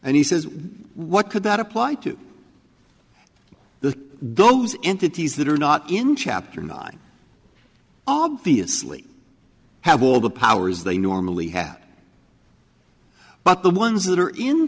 and he says what could that apply to the those entities that are not in chapter nine obviously have all the powers they normally had but the ones that are in